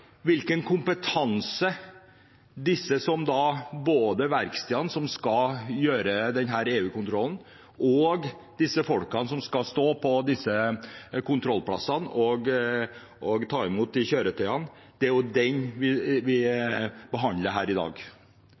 hvilken kompetanse både de verkstedene som skal gjøre denne EU-kontrollen, og de folkene som skal stå på kontrollplassene og ta imot disse kjøretøyene, skal ha, vi behandler her i dag. Da er det meget viktig at vi setter dette ut i